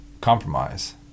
compromise